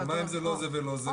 אבל מה אם זה לא זה ולא זה?